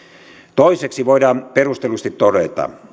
toiseksi voidaan perustellusti todeta